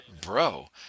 Bro